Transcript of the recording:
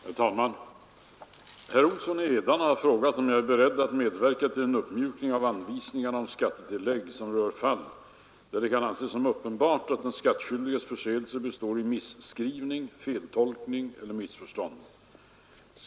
Herr talman! Herr Olsson i Edane har frågat om jag är beredd att medverka till en uppmjukning av anvisningarna om skattetillägg som rör fall där det kan anses som uppenbart att den skattskyldiges förseelse består i misskrivning, feltolkning eller missförstånd.